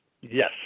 yes